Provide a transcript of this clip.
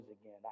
again